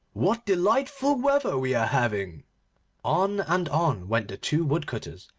what delightful weather we are having on and on went the two woodcutters,